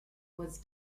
was